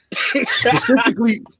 specifically